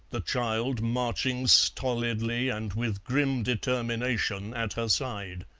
the child marching stolidly and with grim determination at her side.